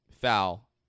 foul